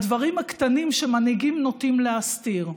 הדברים הקטנים שמנהיגים נוטים להסתיר.